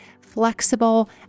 flexible